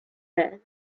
bed